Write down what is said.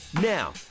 Now